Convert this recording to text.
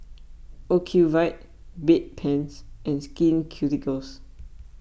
Ocuvite Bedpans and Skin Ceuticals